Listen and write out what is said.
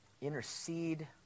intercede